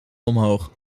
omhoog